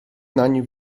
nań